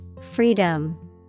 Freedom